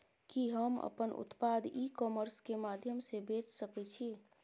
कि हम अपन उत्पाद ई कॉमर्स के माध्यम से बेच सकै छी?